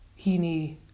Heaney